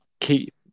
keep